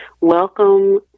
Welcome